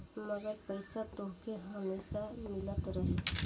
मगर पईसा तोहके हमेसा मिलत रही